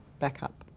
backup.